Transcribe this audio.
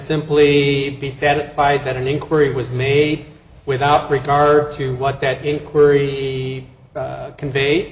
simply be satisfied that an inquiry was made without regard to what that inquiry conveyed